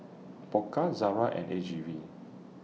Pokka Zara and A G V